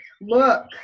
look